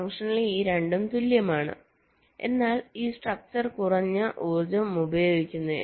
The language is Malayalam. ഫങ്ക്ഷണലി ഈ 2 ഉംതുല്യമാണ് എന്നാൽ ഈ സ്ട്രക്ചർ കുറഞ്ഞ ഊർജ്ജം ഉപയോഗിക്കുന്നു